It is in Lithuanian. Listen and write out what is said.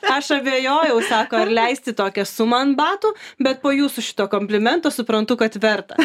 aš abejojau sako ar leisti tokią sumą ant batų bet po jūsų šito komplimento suprantu kad verta